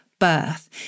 birth